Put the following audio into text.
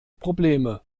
probleme